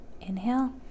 Inhale